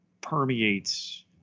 permeates